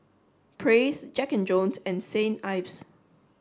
praise Jack and Jones and Saint Ives